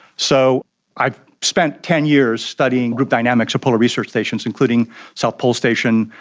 so i spent ten years studying group dynamics at polar research stations, including south pole station,